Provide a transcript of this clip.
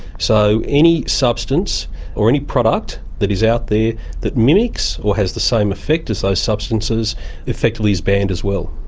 so any substance or any product that is out there that mimics or has the same effect as those substances effectively is banned as well.